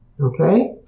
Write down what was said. Okay